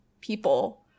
people